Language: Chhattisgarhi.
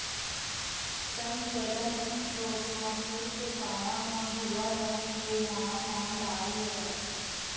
तनगलन रोग म फूल के पाना म भूरवा रंग के नान नान दागी हो जाथे